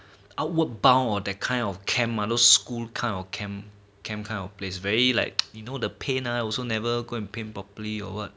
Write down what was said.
outward bound or that kind of camp those school kind of camp camp kind of place very like you know the paint I also never go paint properly or what